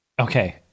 Okay